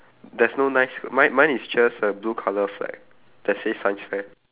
there's no nine sq~ mine mine is just a blue colour flag that says science fair